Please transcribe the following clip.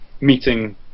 meeting